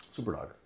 Superdog